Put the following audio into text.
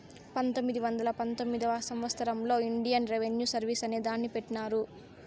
పంతొమ్మిది వందల పంతొమ్మిదివ సంవచ్చరంలో ఇండియన్ రెవిన్యూ సర్వీస్ అనే దాన్ని పెట్టినారు